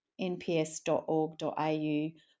nps.org.au